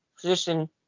position